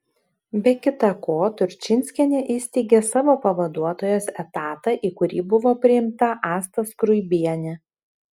be kita ko turčinskienė įsteigė savo pavaduotojos etatą į kurį buvo priimta asta skruibienė